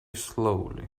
slowly